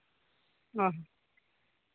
ᱦᱮᱸ